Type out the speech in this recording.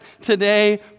today